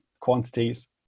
quantities